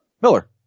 Miller